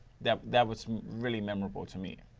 that that was really memorable to me.